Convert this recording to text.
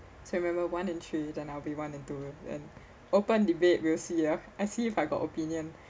so remember one in three then I'll be one in two then open debate we will ah I see if I got opinion